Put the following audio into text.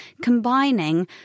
combining